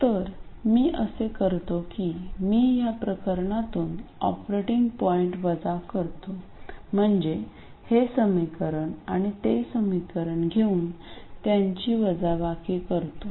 तर मी असे करतो की मी या प्रकरणातून ऑपरेटिंग पॉईंट वजा करतो म्हणजे हे समीकरण आणि ते समीकरण घेऊन त्यांची वजाबाकी करतो